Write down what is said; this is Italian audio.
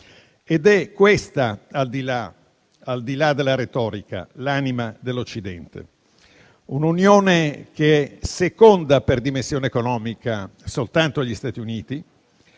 Ed è questa, al di là della retorica, l'anima dell'Occidente. È un'Unione europea seconda, per dimensione economica, soltanto agli Stati Uniti,